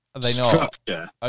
structure